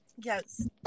Yes